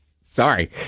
Sorry